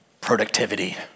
productivity